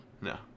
No